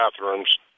bathrooms